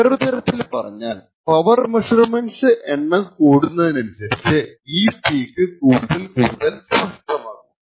വേറൊരുതരത്തിൽ പറഞ്ഞാൽ power measurements എണ്ണം കൂടുന്നതിനനുസരിച് ഈ പീക്ക് കൂടുതൽ കൂടുതൽ സ്പഷ്ടമാകും